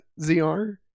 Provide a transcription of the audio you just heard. ZR